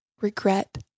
regret